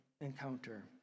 encounter